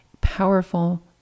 powerful